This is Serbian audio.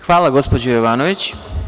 Hvala gospođo Jovanović.